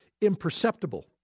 imperceptible